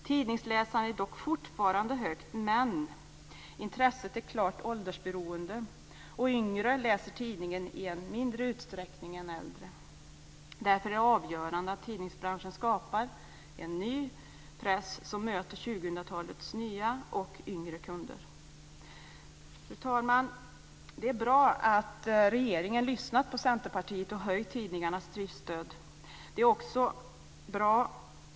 Tidningsläsandet är fortfarande högt, men intresset är klart åldersberoende. Yngre läser tidningen i mindre utsträckning än äldre. Därför är det avgörande att tidningsbranschen skapar en ny press som möter 2000 talets nya och yngre kunder. Fru talman! Det är bra att regeringen har lyssnat på Centerpartiet och höjt tidningarnas driftstöd.